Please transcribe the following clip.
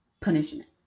punishment